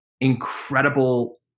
incredible